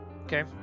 Okay